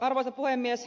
arvoisa puhemies